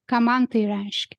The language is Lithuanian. ką man tai reiškia